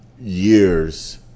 years